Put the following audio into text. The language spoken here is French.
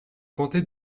comté